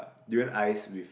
durian ice with